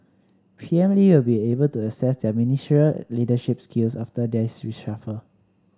P M Lee will be able to assess their ministerial leadership skills after this reshuffle